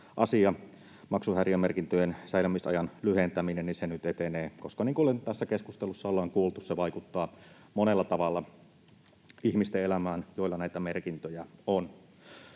maksuhäiriömerkintöjen säilymisajan lyhentäminen, nyt etenee, koska niin kuin nyt tässä keskustelussa on kuultu, se vaikuttaa monella tavalla niiden ihmisten elämään, joilla näitä merkintöjä on.